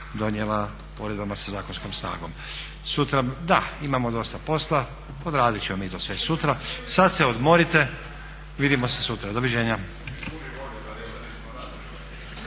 donijela uredbama sa zakonskom snagom. Sutra imamo dosta posla, odradit ćemo mi to sve sutra. Sad se odmorite, vidimo se sutra. Doviđenja.